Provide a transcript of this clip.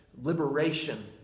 liberation